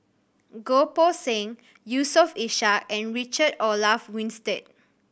Goh Poh Seng Yusof Ishak and Richard Olaf Winstedt